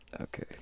Okay